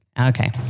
Okay